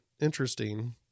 interesting